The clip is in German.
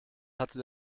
hatte